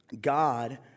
God